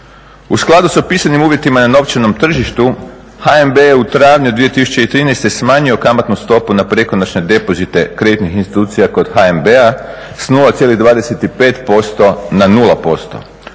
U skladu sa opisanim uvjetima na novčanom tržištu HNB je u travnju 2013.smanjio kamatnu stopu na prekonoćne depozite kreditnih institucija kod HNB-a sa 0,25% na 0%,